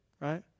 right